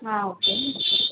okay